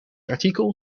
artikel